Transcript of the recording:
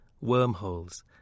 Wormholes